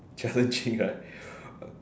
challenging right